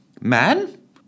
man